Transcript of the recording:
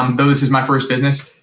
um though this is my first business,